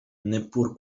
neppur